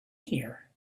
here